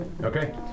Okay